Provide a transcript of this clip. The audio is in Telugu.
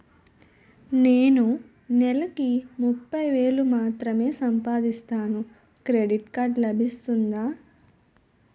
నేను నెల కి ముప్పై వేలు మాత్రమే సంపాదిస్తాను క్రెడిట్ కార్డ్ లభిస్తుందా?